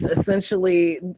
essentially